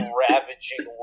ravaging